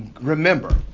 Remember